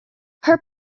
her